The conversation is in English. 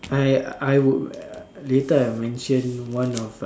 I I would later I'll mentioned one of uh